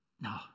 No